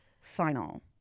final